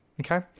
okay